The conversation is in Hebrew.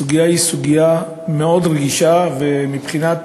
הסוגיה היא סוגיה מאוד רגישה ומבחינת